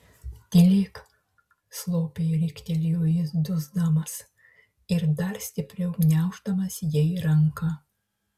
tylėk slopiai riktelėjo jis dusdamas ir dar stipriau gniauždamas jai ranką